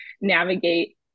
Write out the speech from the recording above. navigate